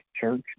Church